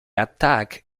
attack